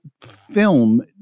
film